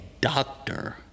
doctor